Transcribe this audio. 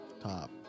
top